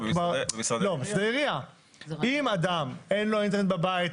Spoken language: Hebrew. אם לאדם אין אינטרנט בבית,